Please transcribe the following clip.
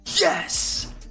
yes